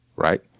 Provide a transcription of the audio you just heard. Right